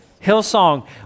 Hillsong